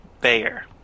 Bayer